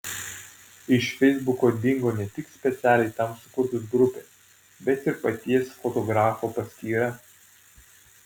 iš feisbuko dingo ne tik specialiai tam sukurtos grupės bet ir paties fotografo paskyra